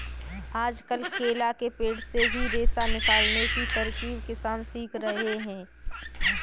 आजकल केला के पेड़ से भी रेशा निकालने की तरकीब किसान सीख रहे हैं